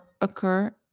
occur